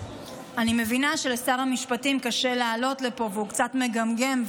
אני מבינה שלשר המשפטים קשה לעלות לפה והוא קצת מגמגם,